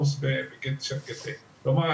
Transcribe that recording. כלומר,